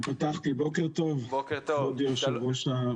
בוקר טוב כבוד יו"ר,